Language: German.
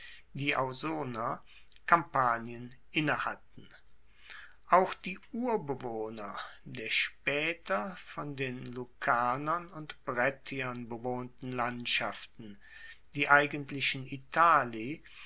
die ausner kampanien innehatten auch die urbewohner der spaeter von den lucanern und brettiern bewohnten landschaften die eigentlichen